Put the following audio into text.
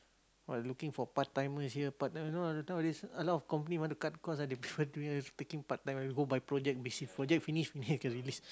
!wah! looking for part timers here part timer nowadays a lot of company want to cut cost ah they prefer doing taking part time go by project basis project finish meaning I can release